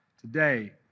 today